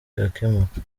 bigakemuka